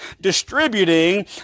distributing